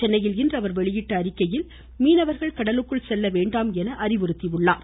சென்னையில் இன்று அவர் வெளியிட்டுள்ள அறிக்கையில் மீனவர்கள் கடலுக்குள் செல்ல வேண்டாம் என்று அறிவுறுத்தியுள்ளார்